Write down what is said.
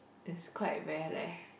is quite rare leh